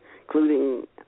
including